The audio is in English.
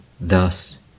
Thus